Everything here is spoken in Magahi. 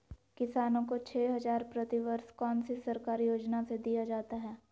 किसानों को छे हज़ार प्रति वर्ष कौन सी सरकारी योजना से दिया जाता है?